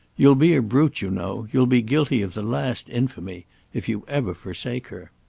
you'll be a brute, you know you'll be guilty of the last infamy if you ever forsake her.